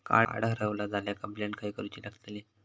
Card हरवला झाल्या complaint खय करूची लागतली?